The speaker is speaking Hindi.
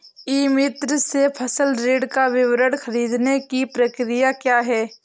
ई मित्र से फसल ऋण का विवरण ख़रीदने की प्रक्रिया क्या है?